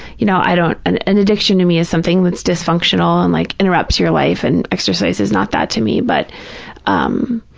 you know, i don't, an an addiction to me is something that's dysfunctional and like interrupts your life and exercise is not that to me, but um